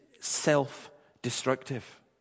self-destructive